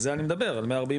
על זה אני מדבר על 146,